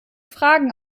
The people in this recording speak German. fragen